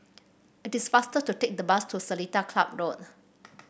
it is faster to take the bus to Seletar Club Road